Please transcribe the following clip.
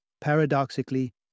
paradoxically